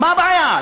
מה הבעיה?